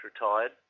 retired